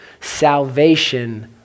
Salvation